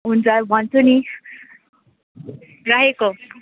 हुन्छ भन्छु नि राखेको